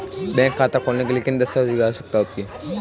Bank खाता खोलने के लिए किन दस्तावेज़ों की आवश्यकता होती है?